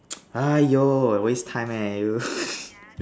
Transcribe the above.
!haiyo! waste time eh you